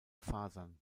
fasern